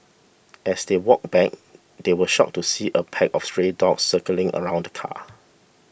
as they walked back they were shocked to see a pack of stray dogs circling around the car